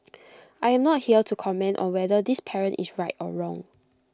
I am not here to comment on whether this parent is right or wrong